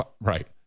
Right